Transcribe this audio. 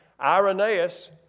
Irenaeus